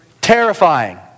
Terrifying